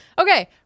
Okay